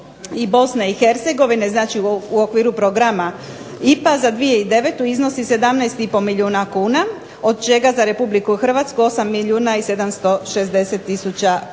i Bosne i hercegovine u okviru programa IPA za 2009. godinu iznosi 17,5 milijuna kuna od čega za Republiku Hrvatsku 8 milijuna i 760 tisuća kuna.